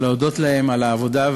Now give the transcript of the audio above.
להודות להם על העבודה,